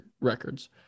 records